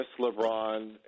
LeBron